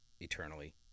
eternally